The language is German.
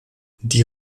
die